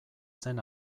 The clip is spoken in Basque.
zen